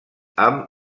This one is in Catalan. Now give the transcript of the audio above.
amb